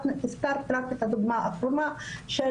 את הזכרת רק את הדוגמה האחרונה של